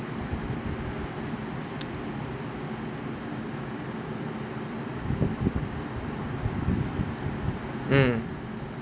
mm